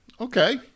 okay